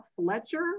Fletcher